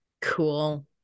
Cool